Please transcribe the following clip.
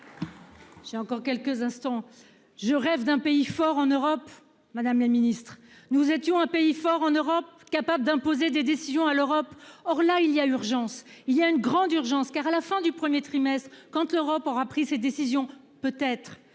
J'ai encore quelques instants. Je rêve d'un pays fort en Europe, madame la Ministre, nous étions un pays fort en Europe capable d'imposer des décisions à l'Europe. Or là il y a urgence, il y a une grande urgence car à la fin du 1er trimestre quand tu l'Europe aura pris cette décision peut être